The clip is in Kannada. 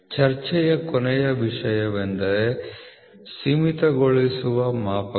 ಚರ್ಚೆಯ ಕೊನೆಯ ವಿಷಯವೆಂದರೆ ಮಿತಿ ಮಾಪಕಗಳು